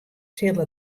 sil